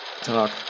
talk